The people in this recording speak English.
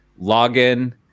login